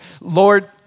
Lord